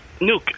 nuke